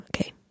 Okay